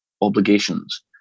obligations